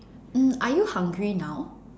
mm are you hungry now